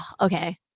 Okay